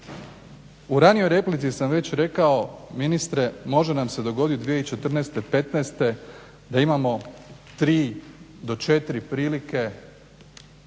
U ranijoj replici sam već rekao ministre može nam se dogodit 2014., 2015. da imamo tri do četiri prilike